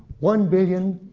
one billion,